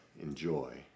enjoy